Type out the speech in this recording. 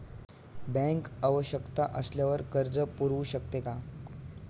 Bank आवश्यकता असल्यावर कर्ज पुरवू शकते का?